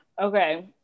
Okay